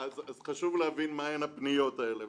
חשוב להבין, מהן הפניות האלה.